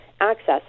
access